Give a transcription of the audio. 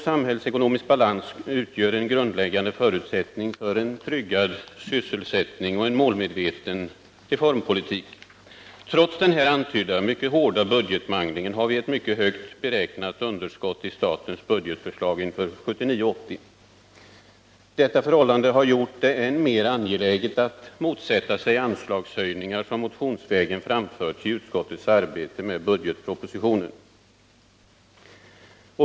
Samhällsekonomisk balans utgör en grundläggande förutsättning för en tryggad sysselsättning och en målmedveten reformpolitik. Trots den här antydda mycket hårda budgetmanglingen har vi ett mycket högt beräknat underskott i statens budgetförslag inför 1979/80. Detta förhållande har gjort det än mer angeläget att motsätta sig anslagshöjningar som föreslagits i motioner som väckts i anslutning till budgetpropositionen.